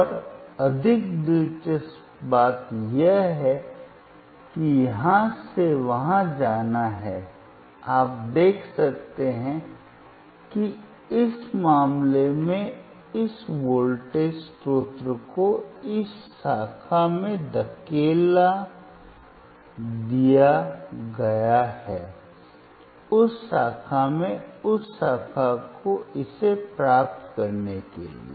और अधिक दिलचस्प बात यह है कि यहां से वहां जाना है आप देख सकते हैं कि इस मामले में इस वोल्टेज स्रोत को इस शाखा में धकेल दिया गया है उस शाखा में उस शाखा को इसे प्राप्त करने के लिए